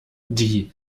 die